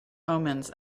omens